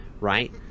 right